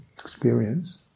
experience